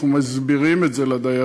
אנחנו מסבירים את זה לדיירים,